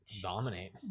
dominate